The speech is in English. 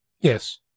Yes